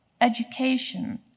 education